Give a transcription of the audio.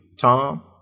Tom